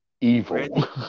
Evil